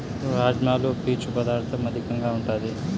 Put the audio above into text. రాజ్మాలో పీచు పదార్ధం అధికంగా ఉంటాది